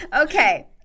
Okay